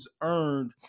earned